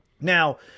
Now